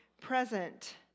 present